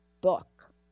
book